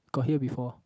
got hear before